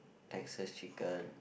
Texas chicken